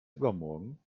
übermorgen